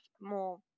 more –